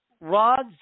Rod's